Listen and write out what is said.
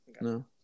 No